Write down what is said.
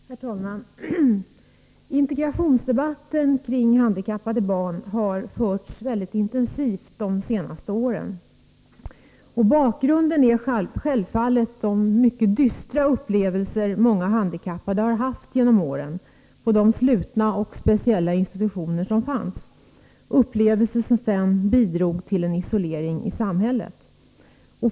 Herr talman! Integrationsdebatten kring handikappade barn har förts mycket intensivt under de senaste åren. Bakgrunden är självfallet de mycket dystra upplevelser som många handikappade har haft genom åren på de slutna och speciella institutioner som fanns, upplevelser som sedan bidrog till en isolering i samhället.